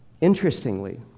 Interestingly